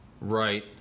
Right